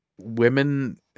women